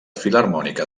filharmònica